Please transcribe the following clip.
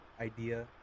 idea